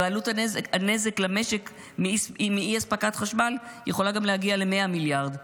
ועלות הנזק למשק מאי-אספקת חשמל יכולה להגיע ל-100 מיליארד ש"ח,